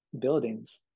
buildings